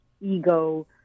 ego